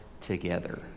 together